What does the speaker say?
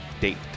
date